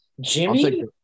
Jimmy